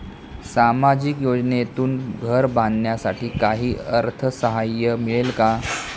सामाजिक योजनेतून घर बांधण्यासाठी काही अर्थसहाय्य मिळेल का?